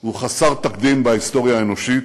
הוא חסר תקדים בהיסטוריה האנושית,